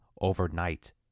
overnight